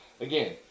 again